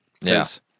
Yes